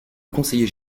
conseiller